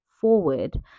forward